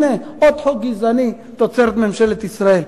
הנה, עוד חוק גזעני תוצרת ממשלת ישראל.